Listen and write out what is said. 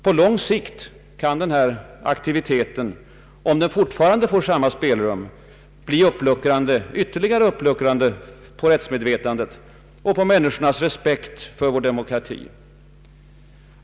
På lång sikt kan den här aktiviteten — om den fortfarande får samma spelrum — bli ytterligare uppluckrande på rättsmedvetandet och på människornas respekt för vår demokrati.